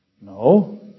No